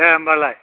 दे होम्बालाय